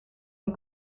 een